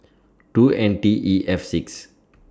two N T E F six